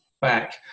back